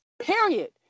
Period